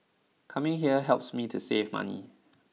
coming here helps me to save money